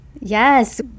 Yes